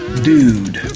dude